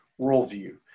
worldview